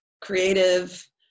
creative